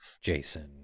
Jason